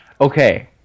okay